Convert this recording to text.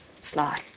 Sly